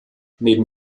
neben